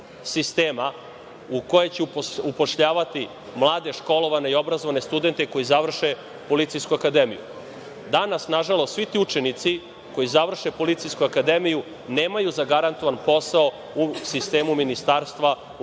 u koje će upošljavati mlade, školovane i obrazovane studente koji završe Policijsku akademiju. Danas, nažalost, svi ti učenici koji završe Policijsku akademiju nemaju zagarantovan posao u sistemu MUP. Moramo imati